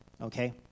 okay